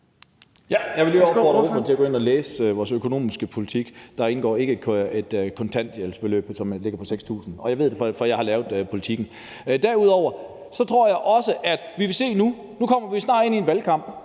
Jeg vil lige opfordre ordføreren til at gå ind og læse vores økonomiske politik. Der indgår ikke et kontanthjælpsbeløb, som ligger på 6.000 kr., og jeg ved det, for jeg har lavet politikken. Derudover tror jeg også, at vi vil se nu – nu kommer vi snart ind i en valgkamp